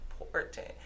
important